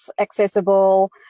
accessible